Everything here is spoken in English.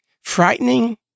frightening